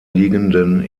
liegenden